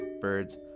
birds